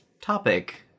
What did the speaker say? topic